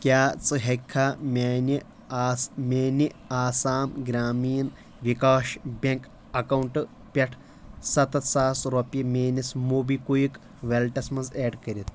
کیاہ ژٕ ہیٚکھا میانہِ میانہِ آسام گرٚامیٖن وِکاش بینٚک اکاونٹہٕ پٮ۪ٹھ سَتتھ ساس رۄپیہِ میٲنس موبہِ کُویِک ویلٹس منٛز اٮ۪ڈ کٔرِتھ